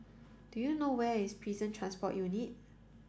do you know where is Prison Transport Unit